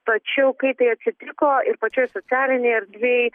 tačiau kai tai atsitiko ir pačioj socialinėj erdvėj